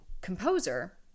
composer